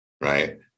right